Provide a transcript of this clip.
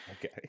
Okay